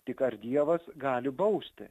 tik ar dievas gali bausti